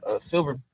silver